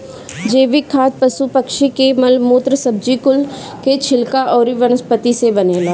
जैविक खाद पशु पक्षी के मल मूत्र, सब्जी कुल के छिलका अउरी वनस्पति से बनेला